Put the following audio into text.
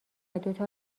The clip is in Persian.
دوتا